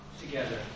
together